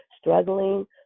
struggling